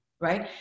right